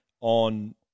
on